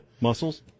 Muscles